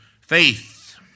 faith